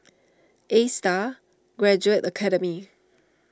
Astar Graduate Academy